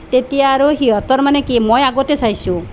তেতিয়া আৰু সিহঁতৰ মানে কি মই আগতে চাইছোঁ